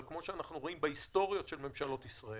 אבל כפי שאנחנו רואים בהיסטוריה של ממשלות ישראל,